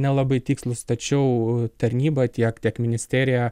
nelabai tikslūs tačiau tarnyba tiek tiek ministerija